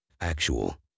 actual